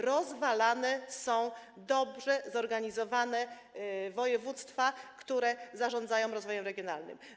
Rozwalane są dobrze zorganizowane województwa, które zarządzają rozwojem regionalnym.